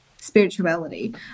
spirituality